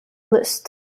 list